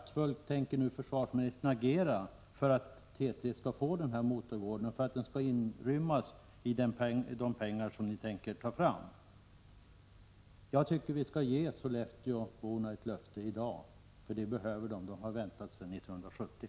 T 3 skall få den här motorgården och för att den skall inrymmas i det anslag som ni tänker ta fram? Jag tycker att försvarsministern skall ge sollefteåborna ett löfte i dag. Det behöver de — de har väntat sedan 1970.